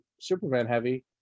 Superman-heavy